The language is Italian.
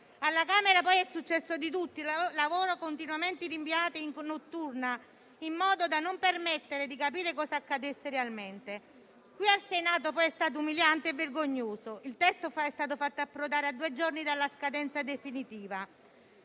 Alla Camera poi è successo di tutto: il lavoro continuamente rinviato in notturna, in modo da non permettere di capire cosa accadesse realmente. Qui al Senato poi è stato umiliante e vergognoso: il testo è stato fatto approdare a due giorni dalla scadenza definitiva.